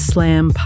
Slam